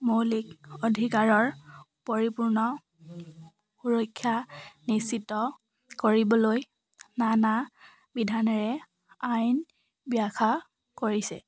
মৌলিক অধিকাৰৰ পৰিপূৰ্ণ সুৰক্ষা নিশ্চিত কৰিবলৈ নানা বিধানেৰে আইন ব্যাখ্যা কৰিছে